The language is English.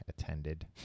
attended